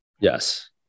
Yes